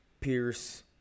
Pierce